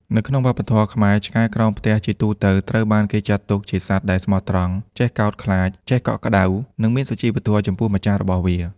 នៅក្នុងវប្បធម៌ខ្មែរ ឆ្កែក្រោមផ្ទះជាទូទៅត្រូវបានគេចាត់ទុកជាសត្វដែលស្មោះត្រង់ ចេះកោតខ្លាច ចេះកក់ក្តៅ និងមានសុជីវធម៌ចំពោះម្ចាស់របស់វា។